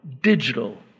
digital